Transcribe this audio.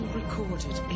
recorded